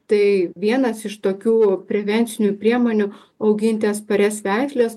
tai vienas iš tokių prevencinių priemonių auginti atsparias veisles